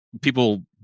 people